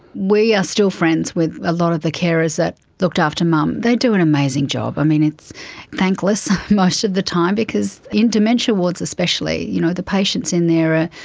we are still friends with a lot of the carers that looked after mum. they do an amazing job. um it's thankless most of the time because in dementia wards especially, you know the patients in there,